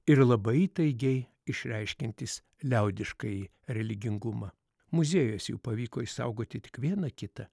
ir labai įtaigiai išreiškiantys liaudiškąjį religingumą muziejuos jų pavyko išsaugoti tik vieną kitą